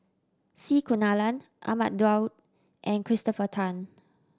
C Kunalan Ahmad Daud and Christopher Tan